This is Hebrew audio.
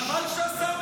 חבל שאתה עולה.